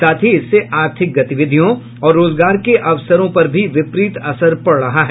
साथ ही इससे आर्थिक गतिविधियों और रोजगार के अवसरों पर भी विपरीत असर पड रहा है